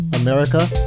America